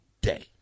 day